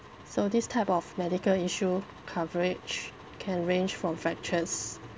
so this type of medical issue coverage can range from fractures